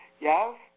Yes